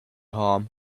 harm